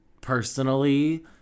personally